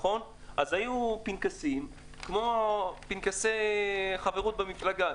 אז היו פנקסים כמו פנקסי חברות במפלגה,